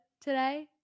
today